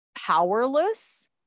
powerless